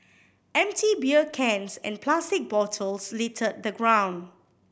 empty beer cans and plastic bottles littered the ground